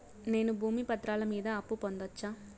నేను భూమి పత్రాల మీద అప్పు పొందొచ్చా?